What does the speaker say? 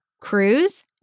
cruise